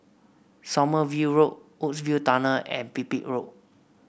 Sommerville Road Woodsville Tunnel and Pipit Road